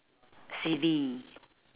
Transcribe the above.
silly